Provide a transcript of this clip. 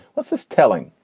what's this telling?